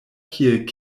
kiel